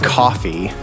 coffee